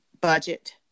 budget